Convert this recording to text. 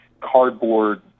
cardboard